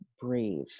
breathe